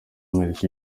amerika